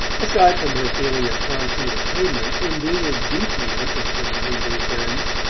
aside from her feeling of concrete attainment. undine was deeply interested in her new friends.